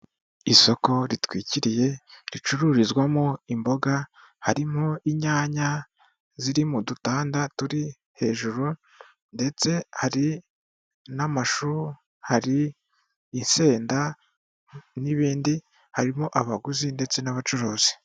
Isoko ritwikiriye, ricururizwamo imboga, harimo inyanya ziri mu dutanda turi hejuru ndetse hari n'amashu, hari insenda n'ibindi, harimo abaguzi ndetse n'abacuruzi.